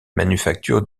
manufactures